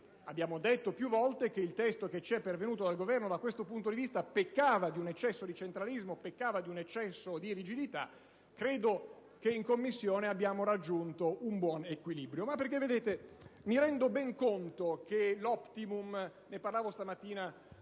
Abbiamo detto più volte che il testo che ci è pervenuto dal Governo peccava di un eccesso di centralismo e rigidità. Credo che in Commissione abbiamo raggiunto un buon equilibrio. Mi rendo conto che l'*optimum* (ne parlavo stamattina